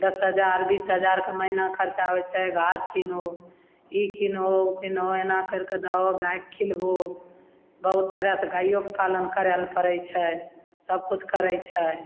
दस हजार बीस हजारके महिना खरचा होइ छै घास किनू ई किनू ओ किनू एना करिके दहो गाइके खिलबहो बहुत तरहसे गाइओके पालन करै ले पड़ै छै सबकिछु करै छै